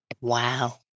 Wow